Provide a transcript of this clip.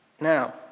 Now